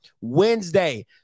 Wednesday